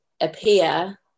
appear